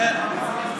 באומיקרון?